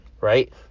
right